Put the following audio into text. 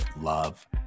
love